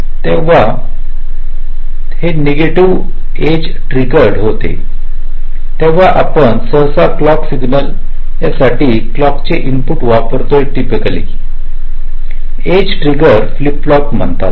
तर जेव्हा हे नेगेटिव्ह एज ट्रीगेर होते तेव्हा आपण सहसा क्लॉक सिग्नल हेसाठी क्लॉकचे इनपुट वापरतोय typically edge trigger flip flop म्हणतात